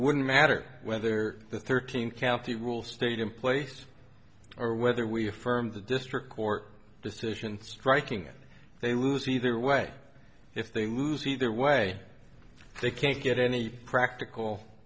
wouldn't matter whether the thirteen county rule stayed in place or whether we affirmed the district court decision striking it they lose either way if they lose either way they can't get any practical